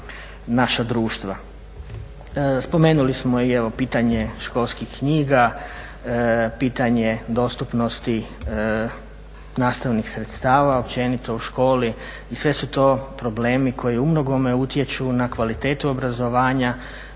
naša društva. Spomenuli smo i pitanje školskih knjiga, pitanje dostupnosti nastavnih sredstava općenito u školi i sve su to problemi koji u mnogome utječu na kvalitetu obrazovanja